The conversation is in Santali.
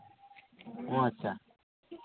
ᱚ ᱟᱪᱪᱷᱟ